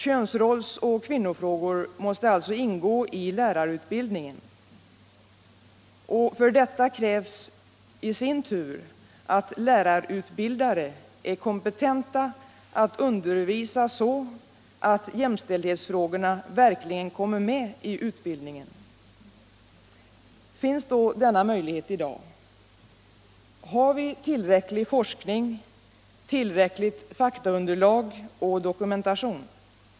Könsrolls och kvinnofrågor måste alltså ingå i lärarutbildningen, och för detta krävs i sin tur att lärarutbildare är kompetenta att undervisa så att jämställdhetsfrågorna verkligen kommer med i utbildningen. Finns då denna möjlighet i dag? Har vi tillräcklig forskning, tillräckligt faktaunderlag och dokumentation?